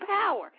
power